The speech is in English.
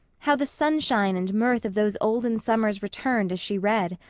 how the sunshine and mirth of those olden summers returned as she read.